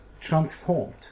transformed